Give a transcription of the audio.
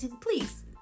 please